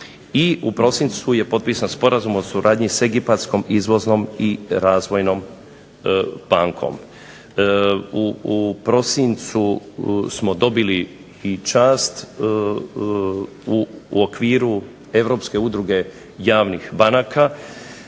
i u prosincu je potpisan sporazum o suradnji s Egipatskom izvoznom i razvojnom bankom. U prosincu smo dobili i čast u okviru Europske udruge javnih banaka.